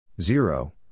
Zero